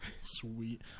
Sweet